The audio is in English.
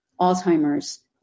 Alzheimer's